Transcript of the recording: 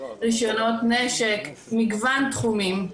רישיונות נשק מגוון תחומים.